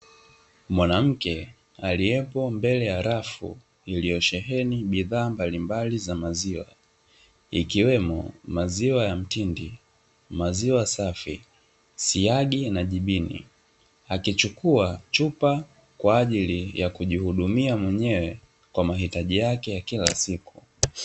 Mwanamke aliyeko mbele ya rafu iliyosheheni bidhaa mbalimbali za maziwa, ikiwemo: maziwa ya mtindi, maziwa safi, siagi na jibini, akichukua chupa kwa ajili ya kujihudumia mwenyewe kwa mahitaji yake ya kila siku.